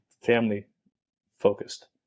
family-focused